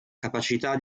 capacità